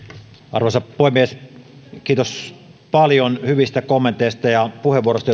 arvoisa puhemies kiitos paljon hyvistä kommenteista ja puheenvuoroista